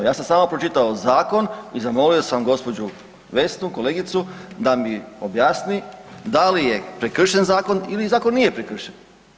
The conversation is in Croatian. Ja sam samo pročitao zakon i zamolio sam gospođu Vesnu kolegicu da mi objasni da li je prekršen zakon ili zakon nije prekršen.